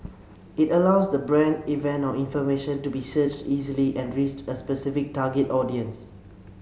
it allows the brand event or information to be searched easily and reach a specific target audience